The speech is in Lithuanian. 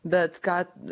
bet kad